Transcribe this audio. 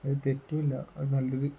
അത് തെറ്റില്ല അത് നല്ലൊരു